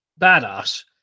badass